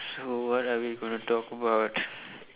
so what are we gonna talk about